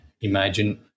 imagine